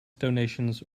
donations